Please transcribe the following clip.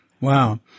Wow